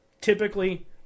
typically